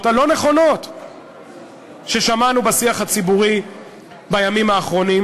הלא-נכונות ששמענו בשיח הציבורי בימים האחרונים.